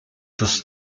das